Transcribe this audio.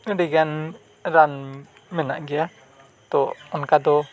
ᱟᱹᱰᱤᱜᱟᱱ ᱨᱟᱱ ᱢᱮᱱᱟᱜ ᱜᱮᱭᱟ ᱛᱳ ᱚᱱᱠᱟ ᱫᱚ